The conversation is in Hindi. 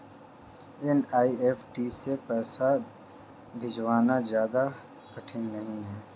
एन.ई.एफ.टी से पैसे भिजवाना ज्यादा कठिन नहीं है